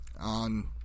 on